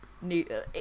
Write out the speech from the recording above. new